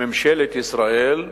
ממשלת ישראל,